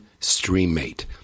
StreamMate